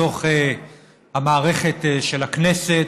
בתוך המערכת של הכנסת,